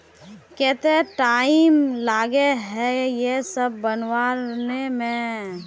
केते टाइम लगे है ये सब बनावे में?